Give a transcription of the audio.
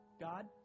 God